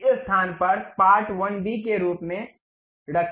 उसी स्थान पर पार्ट 1b के रूप में सेव करे